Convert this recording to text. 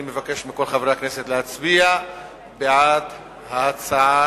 אני מבקש מכל חברי הכנסת להצביע בעד ההצעה